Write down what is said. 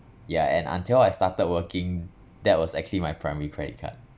yeah and until I started working that was actually my primary credit card